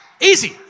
Easy